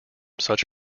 such